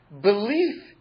belief